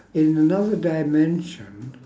in another dimension